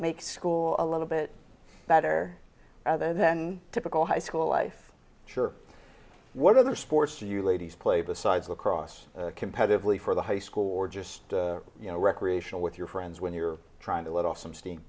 make score a little bit better rather than typical high school life sure what other sports you ladies play besides lacrosse competitively for the high school or just you know recreational with your friends when you're trying to let off some steam